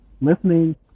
listening